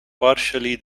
partially